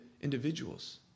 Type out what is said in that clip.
individuals